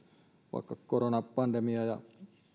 vaikka koronapandemia ja